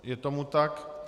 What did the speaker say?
Je tomu tak.